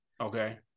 Okay